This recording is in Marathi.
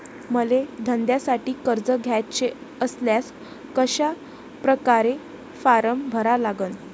मले धंद्यासाठी कर्ज घ्याचे असल्यास कशा परकारे फारम भरा लागन?